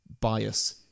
bias